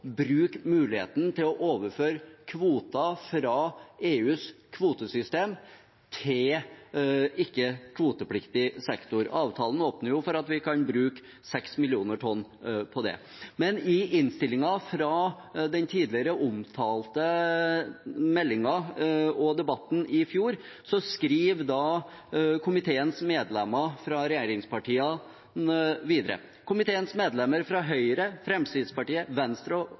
bruke muligheten til å overføre kvoter fra EUs kvotesystem til ikke-kvotepliktig sektor. Avtalen åpner jo for at vi kan bruke 6 mill. tonn på det. Men i innstillingen fra den tidligere omtalte meldingen, debatten i fjor, skriver komiteens medlemmer fra regjeringspartiene videre: «Komiteens medlemmer fra Høyre, Fremskrittspartiet, Venstre og